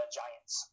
giants